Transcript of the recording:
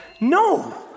No